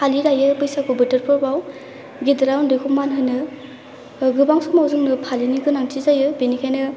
फालि दायो बैसागु बोथोरफोराव गेदेरा उन्दैखौ मान होनो गोबां समाव जोंनो फालिनि गोनांथि जायो बेनिखायनो